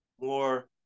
more